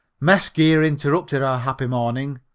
mess gear interrupted our happy morning.